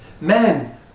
men